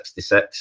66